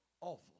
awful